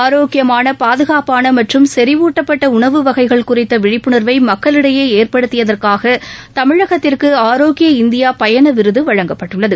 ஆரோக்கியமான பாதுகாப்பானமற்றும் செரீவூட்டப்பட்டஉணவு வகைகள் குறித்தவிழிப்புணர்வைமக்களிடையேஏற்படுத்தியதற்காகதமிழகத்திற்குஆரோக்கிய இந்தியாபயணவிருதுவழங்கப்பட்டுள்ளது